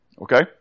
Okay